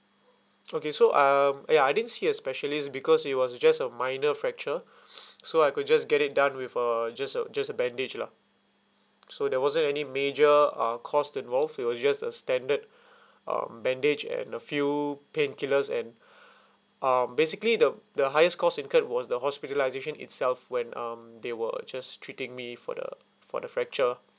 okay so um ya I didn't see a specialist because it was just a minor fracture so I could just get it done with a just a just a bandage lah so there wasn't any major uh cost involved it was just a standard um bandage and a few painkillers and um basically the the highest cost incurred was the hospitalisation itself when um they were just treating me for the for the fracture